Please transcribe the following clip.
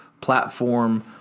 platform